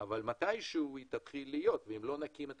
אבל מתי שהוא היא תתחיל להיות ואם לא נקים את